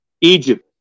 Egypt